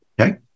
Okay